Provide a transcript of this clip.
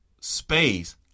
space